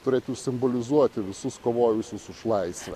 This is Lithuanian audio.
turėtų simbolizuoti visus kovojusius už laisvę